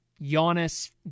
Giannis